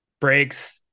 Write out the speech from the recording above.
breaks